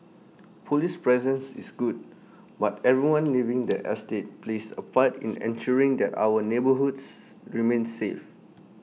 Police presence is good but everyone living the estate plays A part in ensuring that our neighbourhoods remain safe